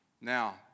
Now